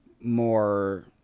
more